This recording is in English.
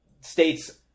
states